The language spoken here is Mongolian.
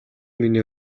миний